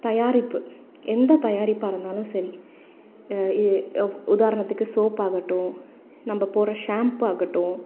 தயாரிப்பு எந்த தயாரிப்பாக இருந்தாலும் சரி உதாரணத்துக்கு சோப்பாகட்டும் நம்ம போடுற ஷாம்ப்பாகட்டும்